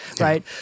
right